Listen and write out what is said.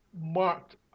marked